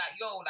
yo